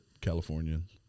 Californians